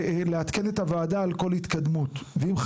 ולעדכן את הוועדה על כל התקדמות; אם,